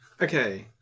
okay